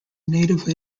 native